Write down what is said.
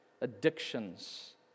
addictions